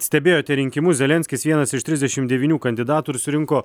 stebėjote rinkimus zelenskis vienas iš trisdešim devynių kandidatų ir surinko